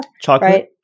Chocolate